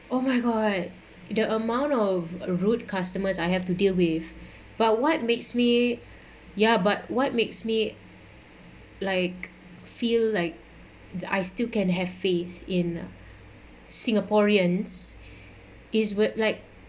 oh my god the amount of rude customers I have to deal with but what makes me ya but what makes me like feel like the I still can have faith in singaporeans is what like